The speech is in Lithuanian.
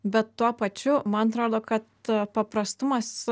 bet tuo pačiu man atrodo kad paprastumas